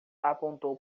apontou